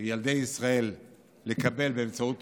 ילדי ישראל מאשר כל אחד מאיתנו,